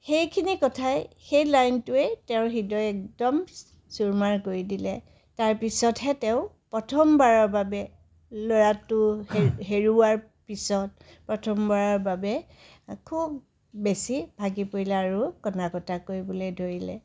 সেইখিনি কথাই সেই লাইনটোয়ে তেওঁৰ হৃদয় একদম চূৰমাৰ কৰি দিলে তাৰপিছতহে তেওঁ প্ৰথমবাৰৰ বাবে ল'ৰাটো হেৰুৱাৰ পিছত প্ৰথমবাৰৰ বাবে খুব বেছি ভাগি পৰিলে আৰু কন্দা কতা কৰিবলৈ ধৰিলে